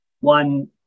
one